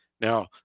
Now